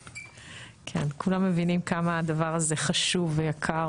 כן, כולם מבינים כמה הדבר הזה חשוב ויקר